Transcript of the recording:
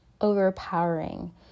overpowering